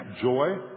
joy